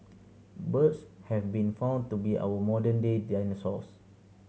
birds have been found to be our modern day dinosaurs